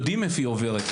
יודעים איפה היא עוברת,